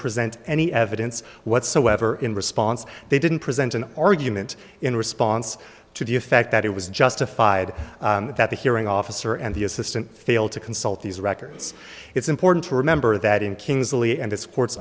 present any evidence whatsoever in response they didn't present an argument in response to the effect that it was justified that the hearing officer and the assistant failed to consult these records it's important to remember that in